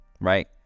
right